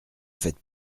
faites